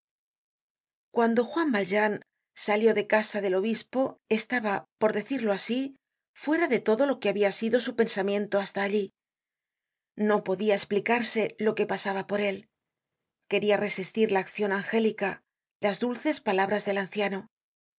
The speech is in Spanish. cuando juan valjean salió de casa del obispo estaba por decirlo asi fuera de todo lo que habla sido su pensamiento hasta allí no podia explicarse lo que pasaba por él queria resistir la accion angélica las dulces palabras del anciano